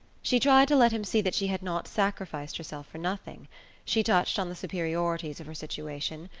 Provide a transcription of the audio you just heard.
she tried to let him see that she had not sacrificed herself for nothing she touched on the superiorities of her situation,